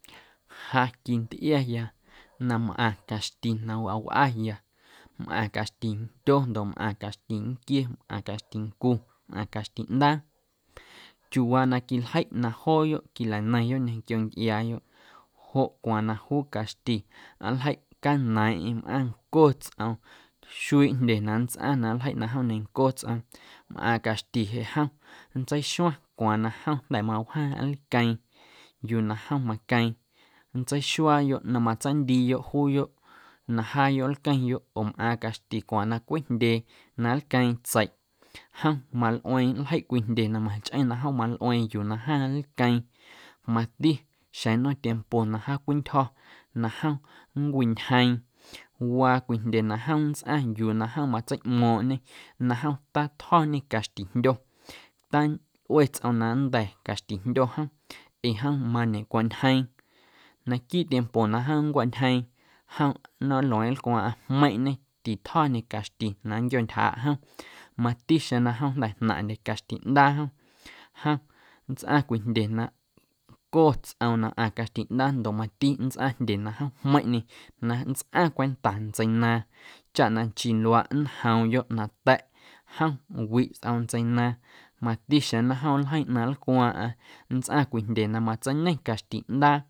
Ja quintꞌiaya na mꞌaⁿ caxti na wawꞌaya mꞌaⁿ caxtindyo ndoꞌ mꞌaⁿ caxtinquie mꞌaⁿ caxtincu mꞌaⁿ caxtiꞌndaa chiuuwaa na quiljiꞌ na jooyoꞌ quilanieⁿyoꞌ ñequio ncꞌiaayoꞌ joꞌ cwaaⁿ na juu caxti nljeiꞌ naneiiⁿꞌeiⁿ mꞌaⁿ nco tsꞌoom xuiiꞌ jndye na nntsꞌaⁿ na nljeiꞌ na jom neiⁿnco tsꞌoom mꞌaaⁿ caxti jeꞌ jom nntseixuaⁿ cwaaⁿ na jom jnda̱ mawjaⁿ lqueeⁿ yuu na jom maqueeⁿ nntseixuaayoꞌ na matseindiiyoꞌ juuyoꞌ na jaayoꞌ nlqueⁿyoꞌ oo mꞌaaⁿ caxti cwaaⁿ na cweꞌjndyee na nlqueeⁿ tseiꞌ jom malꞌueeⁿ nljeiꞌ cwii jndye na machꞌeⁿ na jom malꞌueeⁿ yuu na jaⁿ nlqueeⁿ mati xeⁿ nnom tiempo na jaacweꞌntyjo̱ na jom nncwintyjeeⁿ waa cwii jndye na jom nntsꞌaⁿ yuu na jom matseiꞌmo̱o̱ⁿꞌñe na jom tatjo̱ñe caxtijndyo talꞌue tsꞌoom na nda̱ caxtijndyo jom ee jom mañecwantyjeeⁿ naquiiꞌ tiempo na jom nncwantyjeeⁿ jom nnom nlueeⁿꞌeⁿ nlcwaaⁿꞌaⁿ jmeiⁿꞌñe titjo̱ñe caxti na nnquiontyjaaꞌ jom mati xeⁿ na jom jnda̱ jnaⁿꞌndye caxtiꞌndaa jom, jom nntsꞌaⁿ cwii jndye na nco tsꞌoom na mꞌaⁿ caxtiꞌndaa ndoꞌ mati nntsꞌaⁿ jndye na jom jmeiⁿꞌñe na nntsꞌaⁿ cwenta ntseinaaⁿ chaꞌ na nchii luaaꞌ nntjoomyoꞌ nata̱ꞌ jom wi tsꞌoom ntseinaaⁿ mati xeⁿ na jom nljeiⁿ ꞌnaⁿ nlcwaaⁿꞌaⁿ nntsꞌaⁿ wii jndye na matseiñe caxtiꞌndaa.